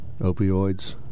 Opioids